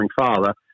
father